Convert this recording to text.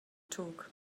talk